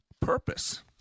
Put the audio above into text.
purpose